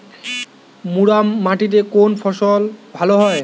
মুরাম মাটিতে কোন ফসল ভালো হয়?